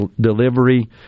delivery